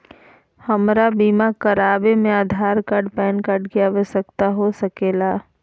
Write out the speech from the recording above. हमरा बीमा कराने में आधार कार्ड पैन कार्ड की आवश्यकता हो सके ला?